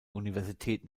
universitäten